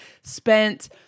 Spent